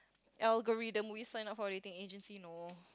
algorithm would you sign up for a dating agency no